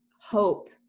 hope